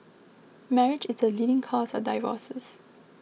marriage is the leading cause of divorces